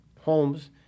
homes